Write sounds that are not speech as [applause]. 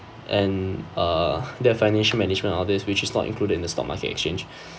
and uh their financial management all this which is not included in the stock market exchange [breath]